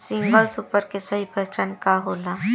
Single super के सही पहचान का होला?